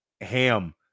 ham